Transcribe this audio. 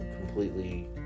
completely